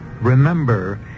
remember